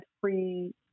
free